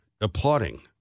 applauding